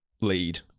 lead